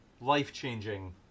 life-changing